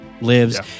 lives